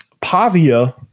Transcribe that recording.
Pavia